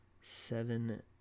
seven